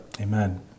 Amen